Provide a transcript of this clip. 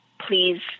please